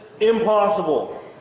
Impossible